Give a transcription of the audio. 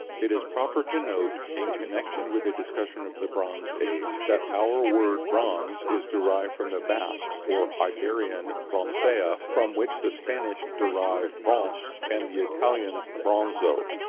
it is proper to note, in connection with a discussion of the bronze age, that our word bronze is derived from the basque, or iberian broncea, from which the spanish derive bronce, and the italians bronzo.